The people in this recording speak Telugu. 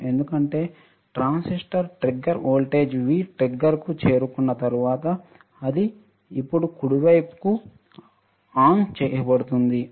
ఎందుకంటే ట్రాన్సిస్టర్ ట్రిగ్గర్ వోల్టేజ్ V ట్రిగ్గర్కు చేరుకున్న తరువాత అది ఇప్పుడు కుడివైపున ఆన్ చేయబడింది